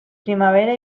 primavera